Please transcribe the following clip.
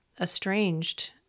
estranged